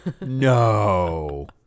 No